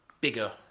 bigger